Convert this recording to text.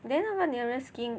then 他们 nearest skin